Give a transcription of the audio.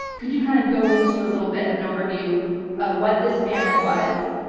could you kind of go into a little bit of an overview of what this famine was,